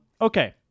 Okay